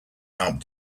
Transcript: help